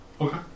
Okay